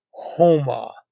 HOMA